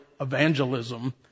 evangelism